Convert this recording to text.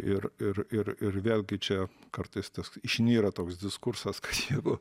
ir ir ir ir vėlgi čia kartais tas išnyra toks diskursas kas jeigu